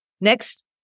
Next